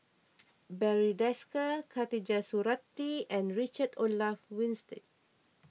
Barry Desker Khatijah Surattee and Richard Olaf Winstedt